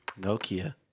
Nokia